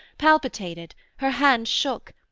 palpitated, her hand shook,